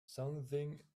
something